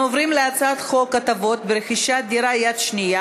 נספחות.] אנחנו עוברים להצעת חוק הטבות ברכישת דירה יד שנייה